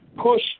push